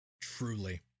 Truly